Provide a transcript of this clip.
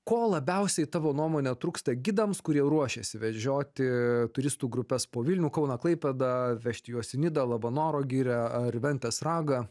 ko labiausiai tavo nuomone trūksta gidams kurie ruošiasi vežioti turistų grupes po vilnių kauną klaipėdą vežti juos į nidą labanoro girią ar į ventės ragą